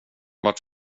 vart